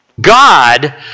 God